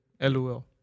LOL